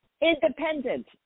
independent